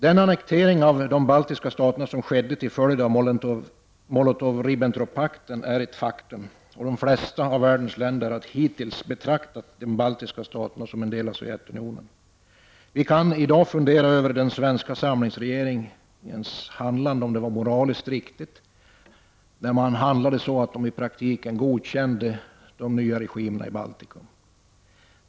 Den annektering av de baltiska staterna som skedde till följd av Molotov Ribbentrop-pakten är ett faktum, och de flesta av världens länder har hittills betraktat de baltiska staterna som en del av Sovjetunionen. Vi kan i dag fundera över om den svenska samlingsregeringen handlade moraliskt riktigt när den i praktiken godkände de nya regimerna i Baltikum.